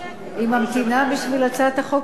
היא ממתינה בשביל הצעת החוק, אדוני.